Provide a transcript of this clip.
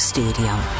Stadium